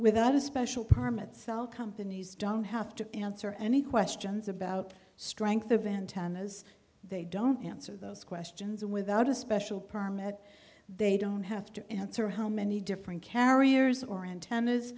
without a special permit cell companies don't have to answer any questions about strength of antennas they don't answer those questions without a special permit they don't have to answer how many different carriers or antennas